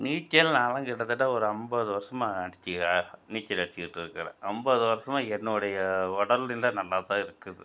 நீ கேள் நாலாம் கிட்டத்தட்ட ஒரு ஐம்பது வருஷமாக அடித்து நீச்சல் அடிச்சுக்கிட்டு இருக்கிறேன் ஐம்பது வருஷமாக என்னுடைய உடல் நிலை நல்லா தான் இருக்குது